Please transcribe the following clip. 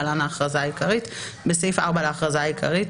להלן ההכרזה העיקרית: בסעיף 4 להכרזה העיקרית,